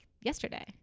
yesterday